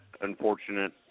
unfortunate